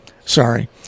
sorry